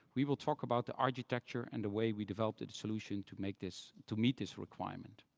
we will talk about the architecture and the way we developed a solution to make this to meet this requirement.